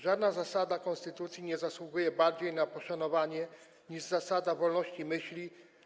Żadna zasada konstytucji nie zasługuje bardziej na poszanowanie niż zasada wolności myśli.